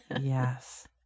Yes